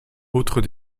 autres